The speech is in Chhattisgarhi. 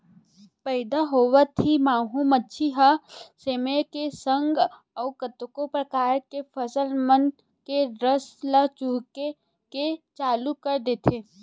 पइदा होवत ही माहो मांछी ह सेमी के संग अउ कतको परकार के फसल मन के रस ल चूहके के चालू कर देथे